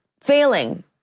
failing